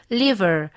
liver